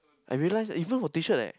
I realise that even for T shirt leh